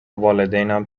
والدینم